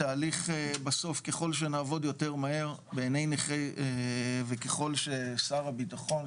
ככל שנעבוד מהר יותר וככל ששר הביטחון,